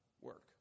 work